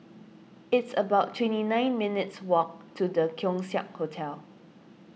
it's about twenty nine minutes' walk to the Keong Saik Hotel